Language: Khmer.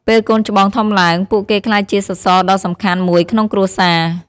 ពេលកូនច្បងធំឡើង ពួកគេក្លាយជាសសរដ៏សំខាន់មួយក្នុងគ្រួសារ។